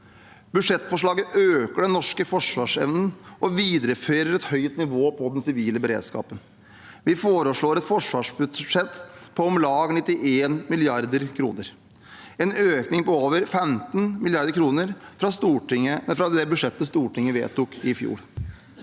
Budsjettforslaget øker den norske forsvarsevnen og viderefører et høyt nivå på den sivile beredskapen. Vi foreslår et forsvarsbudsjett på om lag 91 mrd. kr, en økning på over 15 mrd. kr fra budsjettet Stortinget vedtok i fjor.